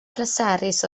pleserus